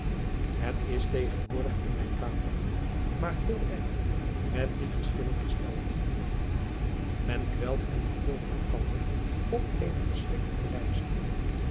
et is tegenwoordig in mijn vaderland maar heel erg met die geschillen gesteld en kwelt en vervolgt elkander op eene verschrikkelijke wijze